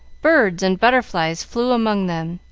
birds and butterflies flew among them,